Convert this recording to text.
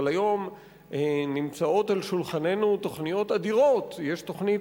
אבל היום נמצאות על שולחננו תוכניות אדירות: יש תוכנית